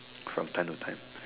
from time to time